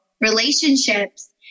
relationships